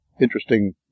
interesting